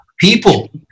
People